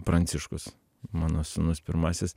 pranciškus mano sūnus pirmasis